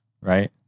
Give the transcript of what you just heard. right